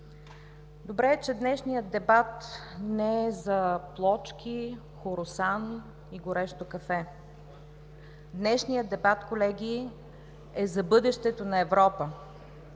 Добре е, че днешният дебат не е за плочки, хоросан и горещо кафе. Днешният дебат, колеги, е за бъдещето на Европа.